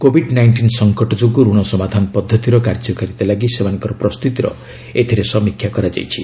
Covid nineteen ସଙ୍କଟ ଯୋଗୁଁ ରଣ ସମାଧାନ ପଦ୍ଧତିର କାର୍ଯ୍ୟକାରିତା ଲାଗି ସେମାନଙ୍କର ପ୍ରସ୍ତୁତିର ଏଥିରେ ସମୀକ୍ଷା କରାଯାଇଛି